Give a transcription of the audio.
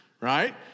right